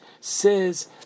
says